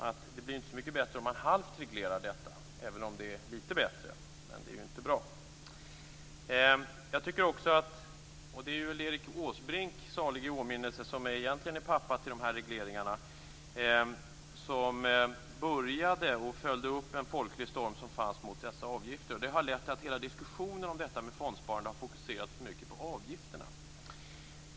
Det blir ju inte så mycket bättre om man halvt reglerar detta, även om det är lite bättre. Men det är ju inte bra. Det är väl Erik Åsbrink, salig i åminnelse, som egentligen är pappa till de här regleringarna och som började att följa upp en folklig storm som fanns mot dessa avgifter. Det har lett till att hela diskussionen om detta med fondsparande har fokuserat för mycket på avgifterna.